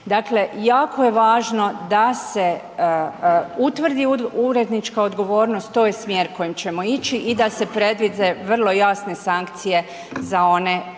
Dakle jako je važno da se utvrdi urednička odgovornost, to je smjer kojim ćemo ići i da se predvide vrlo jasne sankcije za one koji